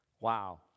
Wow